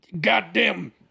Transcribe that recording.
goddamn